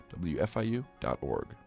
wfiu.org